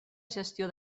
gestió